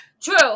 True